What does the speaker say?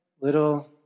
Little